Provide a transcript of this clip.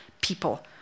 people